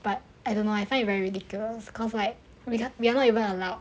but I don't know I find very ridiculous cause like we are not even allowed